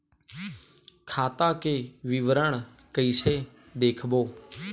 खाता के विवरण कइसे देखबो?